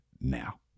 now